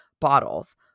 bottles